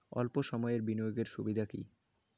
অল্প সময়ের বিনিয়োগ এর সুবিধা কি?